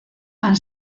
han